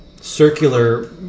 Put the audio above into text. circular